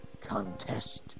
contest